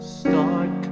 start